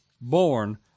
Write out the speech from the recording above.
born